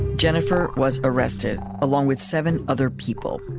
jennifer was arrested along with seven other people.